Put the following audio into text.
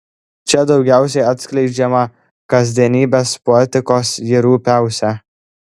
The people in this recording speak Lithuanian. čia daugiausiai atskleidžiama kasdienybės poetikos ji rupiausia